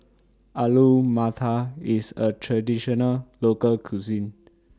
Alu Matar IS A Traditional Local Cuisine